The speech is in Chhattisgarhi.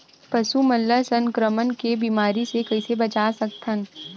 पशु मन ला संक्रमण के बीमारी से कइसे बचा सकथन?